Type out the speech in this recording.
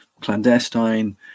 clandestine